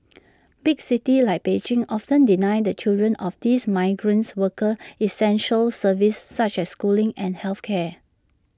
big cities like Beijing often deny the children of these migrants workers essential services such as schooling and health care